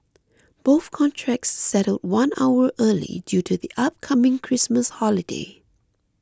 both contracts settled one hour early due to the upcoming Christmas holiday